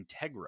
Integra